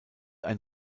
ein